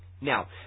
Now